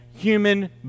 human